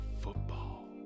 football